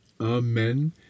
Amen